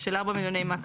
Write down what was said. של 4 מיליוני מ"ק,